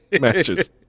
Matches